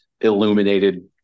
illuminated